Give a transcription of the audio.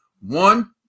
One